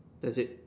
that's it